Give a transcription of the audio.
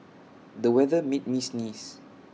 the weather made me sneeze